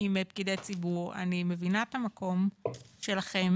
עם פקידי ציבור, אני מבינה את המקום שלכם,